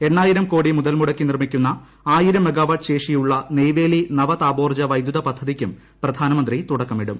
എണ്ണായിരം കോടി മുതൽ മുടക്കി നിർമ്മിക്കുന്ന ആയിരം മെഗാവാട്ട് ശേഷിയുള്ള നെയ്വേലി നവ താപോർജ്ജ വൈദ്യുത പദ്ധതിക്കും പ്രധാനമന്ത്രി തുടക്കമിടും